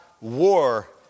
war